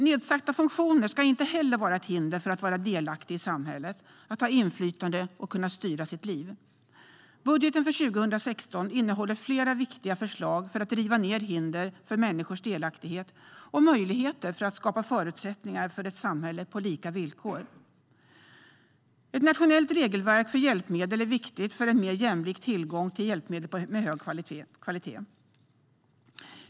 Nedsatta funktioner ska inte vara ett hinder för att vara delaktig i samhället, att ha inflytande och att kunna styra sitt liv. Budgeten för 2016 innehåller flera viktiga förslag dels för att riva ned hinder för människors delaktighet, dels för att ge möjligheter till att skapa förutsättningar för ett samhälle på lika villkor. Ett nationellt regelverk för hjälpmedel är viktigt för en mer jämlik tillgång till hjälpmedel med hög kvalitet.